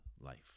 life